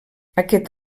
aquest